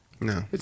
No